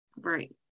Right